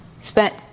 spent